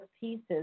pieces